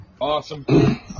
Awesome